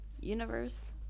universe